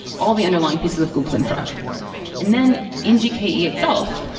all the underlying pieces of google's infra and then in gke itself,